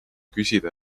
küsida